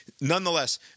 nonetheless